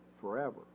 forever